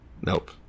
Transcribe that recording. Nope